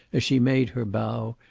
as she made her bow,